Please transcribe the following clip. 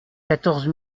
quatorze